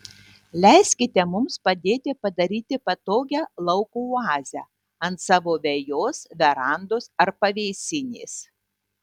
leiskite mums padėti padaryti patogią lauko oazę ant savo vejos verandos ar pavėsinės